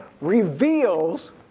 reveals